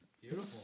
Beautiful